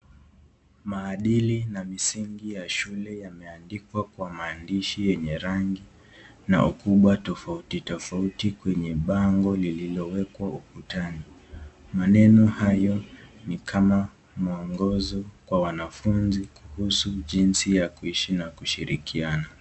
Maadili na misingi ya shule yameandikwa kwa maandishi yenye rangi na ukubwa tofauti tofauti kwenye bango liliowekwa ukutani. Maneno hayo ni kama muongozo kwa wanafunzi kuhusu jinsi ya kuishi na kushirikiana.